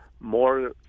more